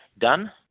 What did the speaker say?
done